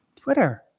Twitter